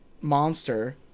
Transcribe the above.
monster